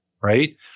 Right